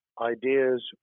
ideas